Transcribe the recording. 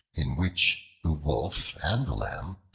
in which the wolf and the lamb,